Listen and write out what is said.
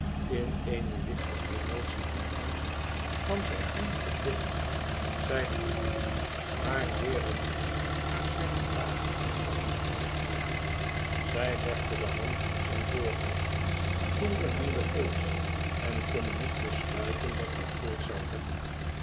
in eene lichte emotie van angst kwam zij eindelijk binnen zij vroeg hem maar leerde niets uit zijne vage glimlachende antwoorden zij legde de hand op zijn voorhoofd voelde hem den pols en kon niet besluiten dat hij koorts zoû hebben